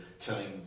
telling